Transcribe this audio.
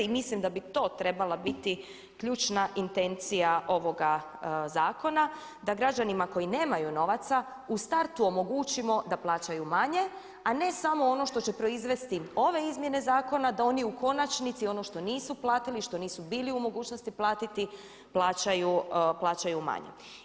I mislim da bi to trebala biti ključna intencija ovoga zakona da građanima koji nemaju novaca u startu omogućimo da plaćaju manje a ne samo ono što će proizvesti ove izmjene zakona da oni u konačnici ono što nisu platili, što nisu bili u mogućnosti platiti plaćaju manje.